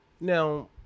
now